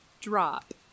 drop